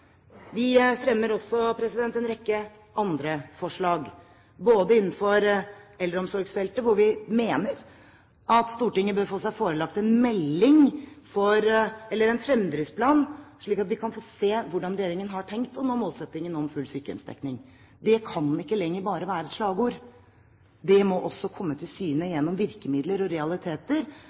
Vi fremmer også en rekke andre forslag, både innenfor eldreomsorgsfeltet, hvor vi mener at Stortinget bør få seg forelagt en melding, eller en fremdriftsplan, slik at vi kan få se hvordan regjeringen har tenkt å nå målsettingen om full sykehjemsdekning. Det kan ikke lenger bare være et slagord, det må også komme til syne gjennom virkemidler og realiteter.